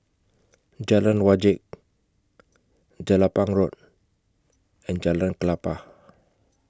Jalan Wajek Jelapang Road and Jalan Klapa